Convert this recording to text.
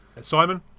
Simon